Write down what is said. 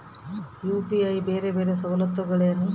UPI ಬೇರೆ ಬೇರೆ ಸವಲತ್ತುಗಳೇನು?